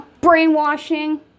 brainwashing